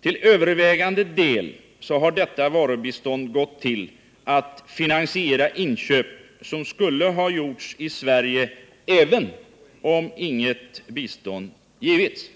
Till övervägande del har detta varubistånd gått till att finansiera inköp som skulle ha gjorts i Sverige även om inget bistånd givits.